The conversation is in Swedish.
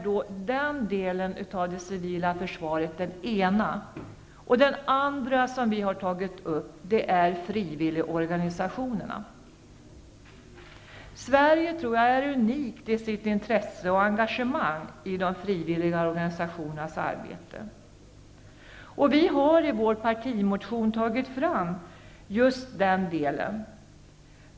Denna del av det civila försvaret är det ena området. Det andra området är frivilligorganisationerna. Jag tror att Sverige är unikt när det gäller intresse och engagemang i de frivilliga organisationernas arbete. Vi har i vår partimotion tagit fram just den delen.